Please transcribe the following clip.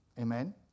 Amen